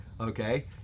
okay